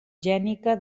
gènica